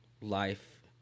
life